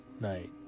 night